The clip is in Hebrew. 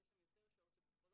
אז יש שם יותר שעות של פסיכולוג.